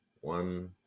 One